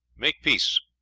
make peace.